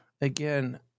again